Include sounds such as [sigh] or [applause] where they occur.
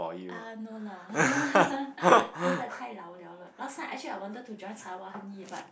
ah no lah [laughs] 现在代劳 liao 了 last time actually I wanted to join but